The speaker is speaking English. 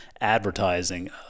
advertising